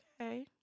Okay